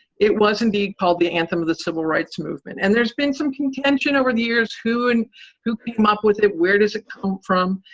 it was indeed called the anthem of the civil rights movement. and there's been some contention over the years who and who came up with it, where does it come from.